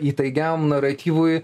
įtaigiam naratyvui